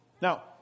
Now